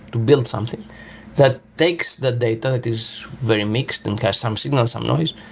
to build something that takes the data. it is very mixed and has some signal, some noise,